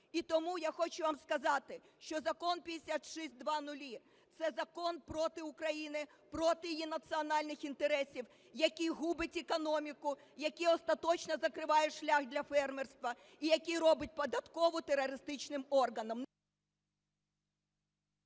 І тому я хочу вам сказати, що Закон 5600 – це закон проти України, проти її національних інтересів, який губить економіку, який остаточно закриває шлях для фермерства і який робить податкову терористичним органом.